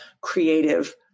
creative